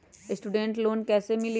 Student loan कैसे मिली?